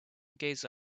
gaze